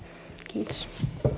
kiitos